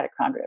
mitochondria